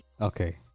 Okay